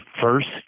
first –